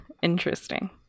Interesting